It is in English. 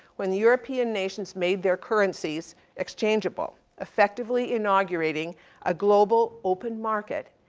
when the european nations made their currencies exchangeable, effectively inaugurating a global open market,